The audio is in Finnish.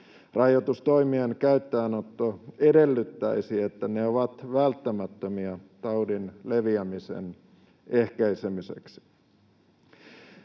Rajoitustoimien käyttöönotto edellyttäisi, että ne ovat välttämättömiä taudin leviämisen ehkäisemiseksi.